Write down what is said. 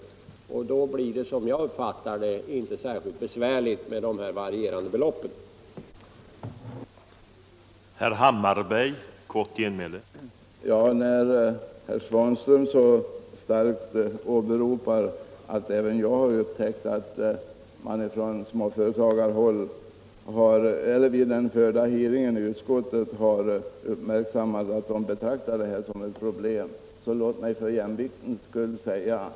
Då blir det inte särskilt besvärligt med de varierande beloppen i aktiekapital.